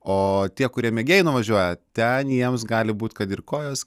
o tie kurie megėjai nuvažiuoja ten jiems gali būti kad ir kojos